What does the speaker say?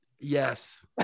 yes